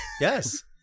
Yes